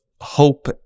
hope